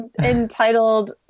entitled